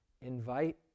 invite